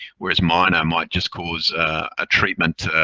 whereas minor might just cause a treatment